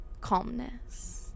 calmness